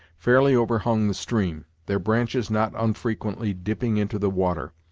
fairly overhung the stream, their branches not unfrequently dipping into the water.